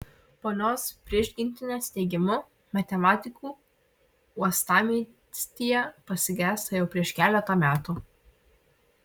ponios prižgintienės teigimu matematikų uostamiestyje pasigesta jau prieš keletą metų